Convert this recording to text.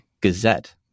Gazette